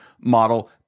model